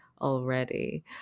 already